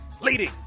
leading